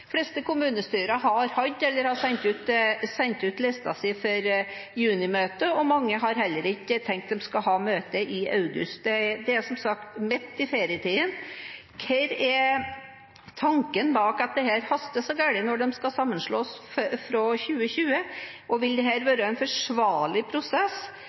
fleste kommunestyrene har hatt eller har sendt ut lista si for junimøtet, og mange har heller ikke tenkt å ha møte i august. Det er som sagt midt i ferietiden. Hva er tanken bak at dette haster så voldsomt når de skal sammenslås fra 2020? Vil dette være en forsvarlig prosess?